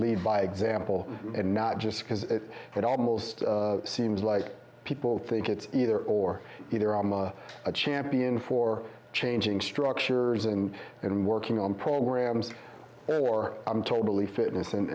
lead by example and not just because it almost seems like people think it's either or a champion for changing structures and and working on programs or i'm totally fitness and